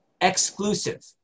exclusive